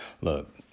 Look